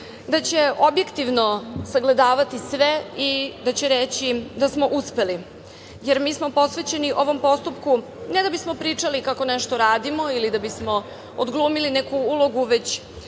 da će objektivno sagledavati sve i da će reći da smo uspeli. Jer, mi smo posvećeni ovom postupku ne da bismo pričali kako nešto radimo ili da bismo odglumili neku ulogu, već